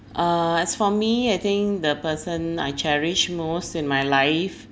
uh as for me I think the person I cherish most in my life